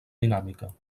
dinàmica